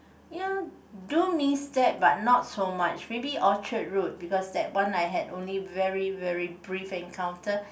ya do means that but not so much maybe Orchard Road because that one I had only very very brief encounter